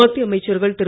மத்திய அமைச்சர்கள் திரு